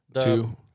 two